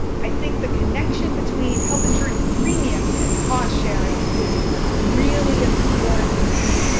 i think the connection between health insurance premiums and cost sharing is really obscure to people.